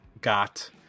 got